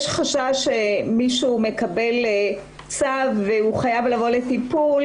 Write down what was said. חשש שמישהו מקבל צו וחייב לבוא לטיפול,